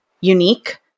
unique